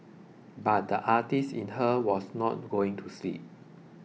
but the artist in her was not going to sleep